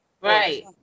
Right